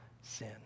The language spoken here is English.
sin